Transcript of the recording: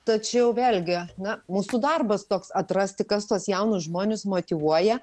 tačiau vėlgi na mūsų darbas toks atrasti kas tuos jaunus žmones motyvuoja